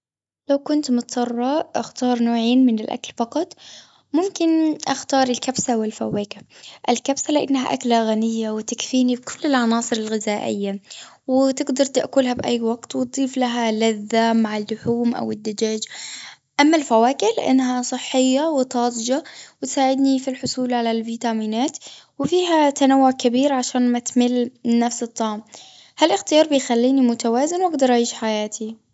لو كنت مضطرة أختار نوعين من الأكل فقط، ممكن أختار الكبسة والفواكة. الكبسة لأنها أكلة غنية، وتكفيني كل العناصر الغذائية. وتقدر تاكلها بأي وقت، وتضيف لها لذة مع اللحوم أو الدجاج. أما الفواكة لأنها صحية وطازجة، وتساعدني في الحصول على الفيتامينات، وفيها تنوع كبير، عشان ما تمل من نفس الطعم. هالإختيار بيخليني متوازن، وأجدر أعيش حياتي.